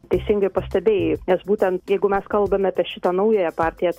teisingai pastebėjai nes būtent jeigu mes kalbame apie šitą naująją partiją